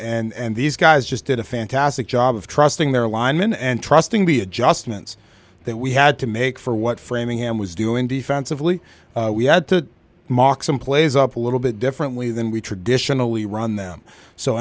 and these guys just did a fantastic job of trusting their linemen and trusting the adjustments that we had to make for what framingham was doing defensively we had to mark some plays up a little bit differently than we traditionally run them so